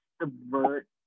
subvert